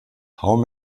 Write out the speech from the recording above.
how